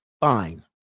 Fine